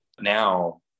Now